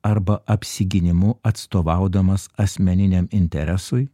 arba apsigynimu atstovaudamas asmeniniam interesui